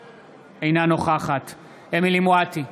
אינה נוכחת אמילי חיה מואטי,